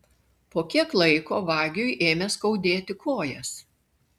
po kiek laiko vagiui ėmė skaudėti kojas